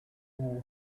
who